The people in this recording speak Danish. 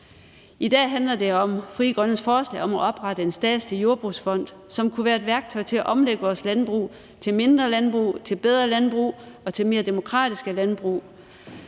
I dag handler det om Frie Grønnes forslag om at oprette en statslig jordbrugsfond, som kunne være et værktøj til at omlægge vores landbrug til mindre landbrug, til bedre landbrug og til mere demokratiske landbrug.